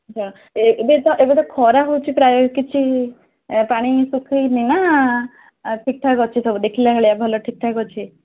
ହଁ ଏବେ ତ ଏବେ ତ ଖରା ହେଉଛି ପ୍ରାୟ କିଛି ପାଣି ଶୁଖିନି ନା ଠିକ୍ଠାକ୍ ଅଛି ସବୁ ଦେଖିଲା ଭଳିଆ ଭଲ ଠିକ୍ଠାକ୍ ଅଛି